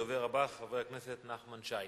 הדובר הבא, חבר הכנסת נחמן שי.